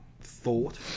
thought